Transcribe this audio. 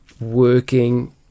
working